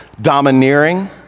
domineering